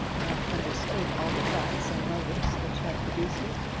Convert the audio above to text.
and understood all the thoughts and motives which had produced it.